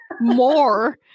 more